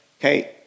Okay